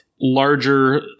larger